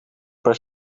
per